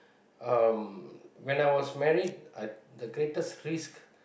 um when I was married I'm the greatest risk